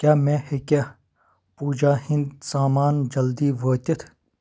کیٛاہ مےٚ ہٮ۪کیٛا پوٗجا ہِنٛدۍ سامان جلدٕے وٲتِتھ